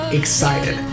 excited